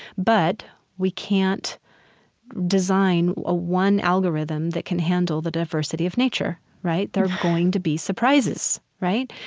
but we can't design ah one algorithm that can handle the diversity of nature, right? there are going to be surprises, right?